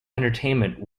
entertainment